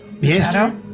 Yes